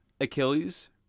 Achilles